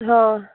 हाँ